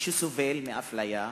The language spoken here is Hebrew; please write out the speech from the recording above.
הוא שסובל מאפליה,